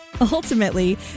Ultimately